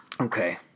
Okay